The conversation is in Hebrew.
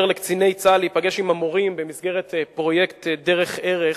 לקציני צה"ל להיפגש עם המורים במסגרת פרויקט "דרך ערך",